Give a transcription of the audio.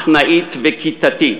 מחנאית וכיתתית.